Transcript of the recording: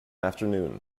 afternoon